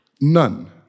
None